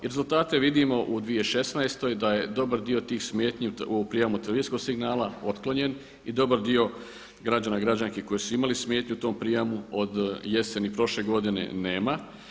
I rezultate vidimo u 2016. da je dobar dio tih smetnji u prijemu televizijskog signala otklonjen i dobar dio građana, građanki koji su imali smetnju u tom prijemu od jeseni prošle godine nema.